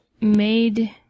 made